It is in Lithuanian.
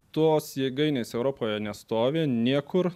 tos jėgainės europoje nestovi niekur